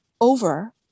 over